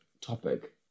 topic